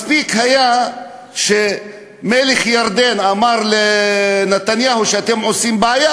מספיק היה שמלך ירדן אמר לנתניהו שאתם עושים בעיה,